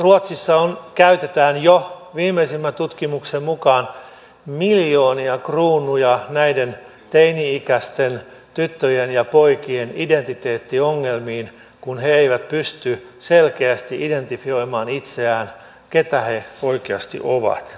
ruotsissa käytetään jo viimeisimmän tutkimuksen mukaan miljoonia kruunuja näiden teini ikäisten tyttöjen ja poikien identiteettiongelmiin kun he eivät pysty selkeästi identifioimaan itseään keitä he oikeasti ovat